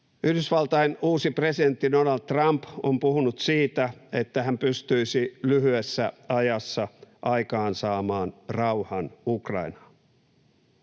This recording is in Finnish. Yhdysvaltain uusi presidentti Donald Trump on puhunut siitä, että hän pystyisi lyhyessä ajassa aikaansaamaan rauhan Ukrainaan.